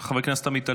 חבר הכנסת עמית הלוי.